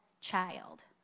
child